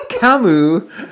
Camus